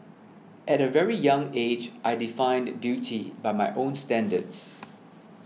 at a very young age I defined beauty by my own standards